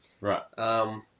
Right